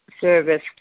service